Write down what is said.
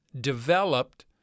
developed